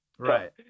right